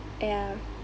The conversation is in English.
yeah